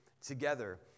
together